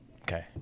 Okay